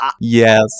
yes